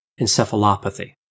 encephalopathy